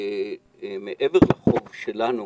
ומעבר לחוב שלנו